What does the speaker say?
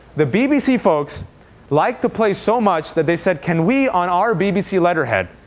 the bbc folks liked the play so much that they said can we, on our bbc letterhead,